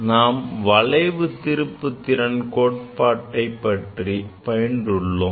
நாம் வளைவு திருப்புத்திறன் கோட்பாட்டை பற்றி பயினறுள்ளோம்